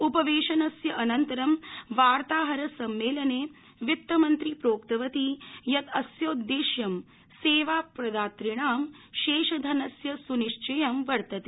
उपवेशनस्य अनन्तरं वार्ताहर सम्मेलने वित्तमंत्री प्रोक्तवती यत् अस्योदेश्यं सेवाप्रदातृणां शेषधनस्य सुनिश्चियं वर्तते